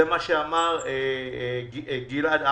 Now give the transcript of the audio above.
זה מה שאמר גלעד אהרונסון,